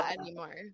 anymore